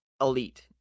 elite